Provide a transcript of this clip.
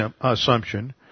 assumption